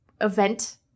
event